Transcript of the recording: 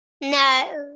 No